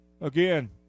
again